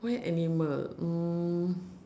where animal mm